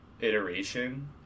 iteration